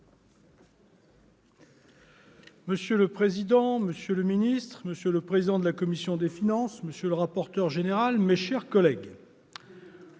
Monsieur le président, monsieur le secrétaire d'État, monsieur le président de la commission des finances, monsieur le rapporteur général, mes chers collègues,